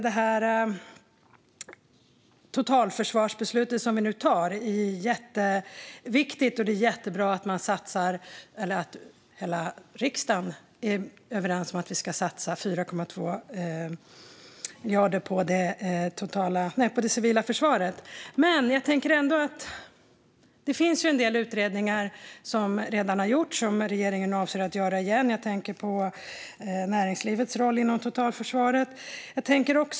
Det totalförsvarsbeslut vi ska ta är jätteviktigt, och det är jättebra att hela riksdagen är överens om att vi ska satsa 4,2 miljarder på det civila försvaret. En del utredningar som redan har gjorts avser regeringen att göra igen. Jag tänker på näringslivets roll inom totalförsvaret.